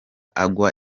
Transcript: agwa